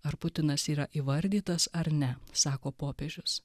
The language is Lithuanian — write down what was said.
ar putinas yra įvardytas ar ne sako popiežius